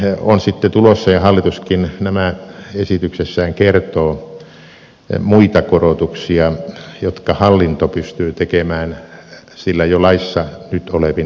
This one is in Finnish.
mutta on sitten tulossa ja hallituskin nämä esityksessään kertoo muita korotuksia jotka hallinto pystyy tekemään sillä jo laissa nyt olevin valtuuksin